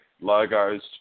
logos